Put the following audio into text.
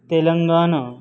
Telangana